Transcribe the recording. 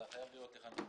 חייב להיות לך נתון מדויק.